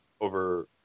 over